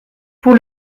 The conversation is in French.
pour